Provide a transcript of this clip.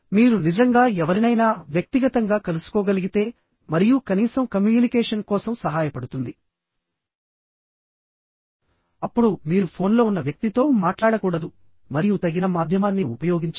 మీరు నిజంగా ఎవరినైనా వ్యక్తిగతంగా కలుసుకోగలిగితే మరియు కనీసం కమ్యూనికేషన్ కోసం సహాయపడుతుంది అప్పుడు మీరు ఫోన్లో ఉన్న వ్యక్తితో మాట్లాడకూడదు మరియు తగిన మాధ్యమాన్ని ఉపయోగించాలి